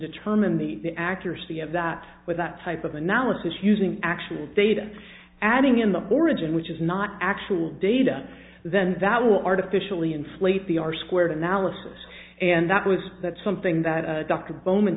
determine the accuracy of that with that type of analysis using actual data adding in the origin which is not actual data then that will artificially inflate the r squared analysis and that was that something that dr bowman